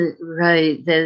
Right